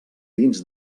dins